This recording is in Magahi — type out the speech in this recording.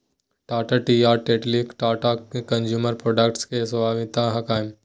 टाटा टी और टेटली टाटा कंज्यूमर प्रोडक्ट्स के स्वामित्व हकय